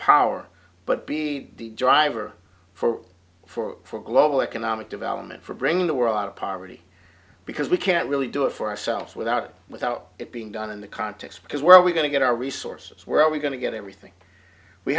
power but be the driver for for global economic development for bringing the world out of poverty because we can't really do it for ourselves without without it being done in the context because where are we going to get our resources where are we going to get everything we